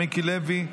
מיקי לוי,